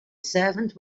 servant